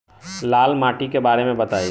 लाल माटी के बारे में बताई